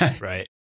right